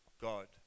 god